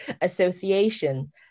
association